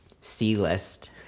C-list